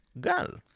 Gal